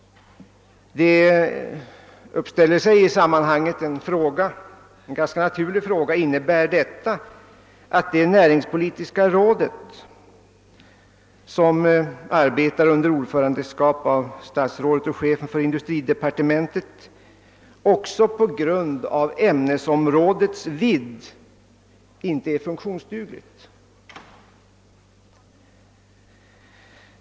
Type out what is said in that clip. En ganska naturlig fråga uppställer sig i sammanhanget: Innebär detta att det näringspolitiska rådet, som arbetar under ordförandeskap av statsrådet och chefen för industridepartementet, på grund av ämnesområdets vidd inte är funktionsdugligt?